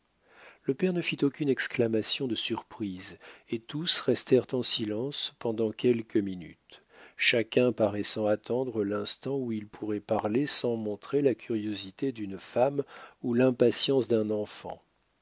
le père ne fit aucune exclamation de surprise et tous restèrent en silence pendant quelques minutes chacun paraissant attendre l'instant où il pourrait parler sans montrer la curiosité d'une femme ou l'impatience d'un enfant